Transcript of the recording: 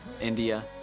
India